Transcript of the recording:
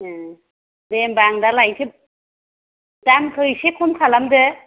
ओ दे होनबा आं दा लायनिसै दामखौ एसे खम खालामदो